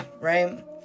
right